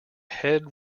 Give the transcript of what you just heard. head